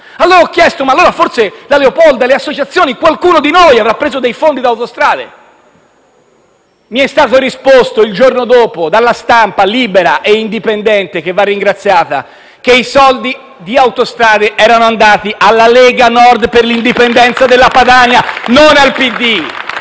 Allora ho chiesto: Ma, allora, forse la Leopolda, le associazioni, qualcuno di noi avrà preso dei fondi da Autostrade? Mi è stato risposto, il giorno dopo, dalla stampa libera e indipendente, che va ringraziata, che i soldi di Autostrade per l'Italia erano andati alla Lega Nord per l'indipendenza della Padania e non al PD.